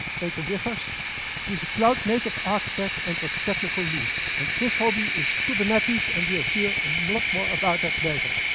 peter wiggers. he's a cloud native architect and our technical lead. and his hobby is kubernetes, and you'll hear a um lot more about that later.